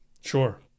Sure